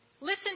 Listen